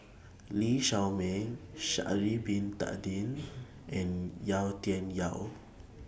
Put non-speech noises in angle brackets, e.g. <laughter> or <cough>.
Lee Shao Meng <noise> Sha'Ari Bin Tadin <noise> and Yau Tian Yau <noise>